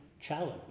challenge